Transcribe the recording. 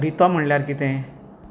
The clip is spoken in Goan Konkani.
रितो म्हणल्यार कितें